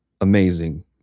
amazing